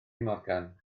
morgan